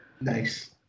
Nice